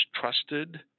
trusted